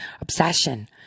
obsession